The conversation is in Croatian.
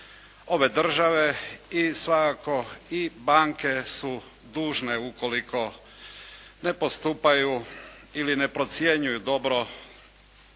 ove države i svakako i banke su dužne ukoliko ne postupaju ili ne procjenjuju dobro